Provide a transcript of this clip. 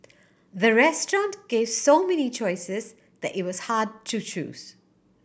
the restaurant gave so many choices that it was hard to choose